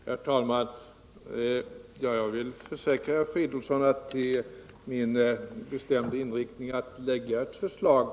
Herr talman! Jag vill försäkra herr Fridolfsson att min bestämda inriktning är att lägga fram ett förslag.